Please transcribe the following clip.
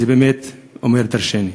זה באמת אומר דורשני.